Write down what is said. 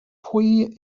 pwy